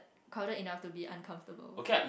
crowded enough to be uncomfortable